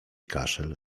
kaszel